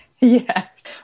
Yes